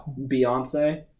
Beyonce